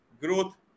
growth